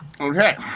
Okay